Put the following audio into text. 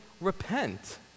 repent